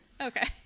Okay